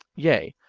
yea,